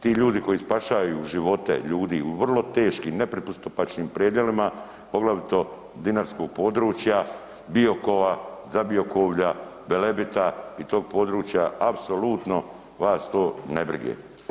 Tu ljudi koji spašavaju živote ljudi u vrlo teškim, nepristupačnim predjelima, poglavito dinarskog područja, Biokova, Zabiokovlja, Velebita i tog područja, apsolutno vas to ne brige.